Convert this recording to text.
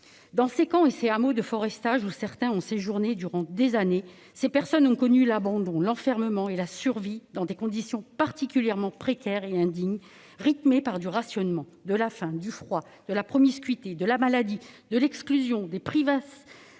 Dans ces camps et ces hameaux de forestage, où certains ont passé des années, ces personnes ont connu l'abandon, l'enfermement et la survie dans des conditions particulièrement précaires et indignes. Leur vie était dominée par le rationnement, la faim, le froid, la promiscuité, la maladie, l'exclusion, les privations